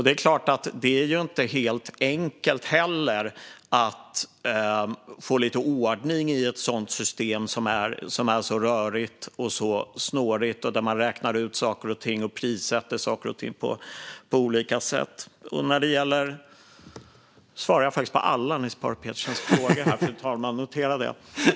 Det är klart att det inte heller är helt enkelt att få lite ordning i ett sådant system, som är så rörigt och snårigt och där man räknar ut saker och ting och prissätter saker och ting på olika sätt. Nu svarar jag faktiskt på alla Niels Paarup-Petersens frågor, fru talman - notera det!